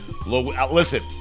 Listen